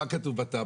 מה כתוב בתב"ע,